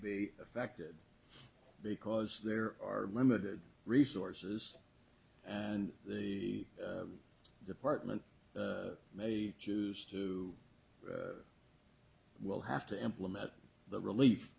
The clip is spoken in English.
be affected because there are limited resources and the department may choose to well have to implement the relief